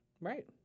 Right